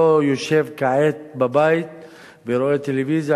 לא יושב כעת בבית ורואה טלוויזיה.